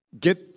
get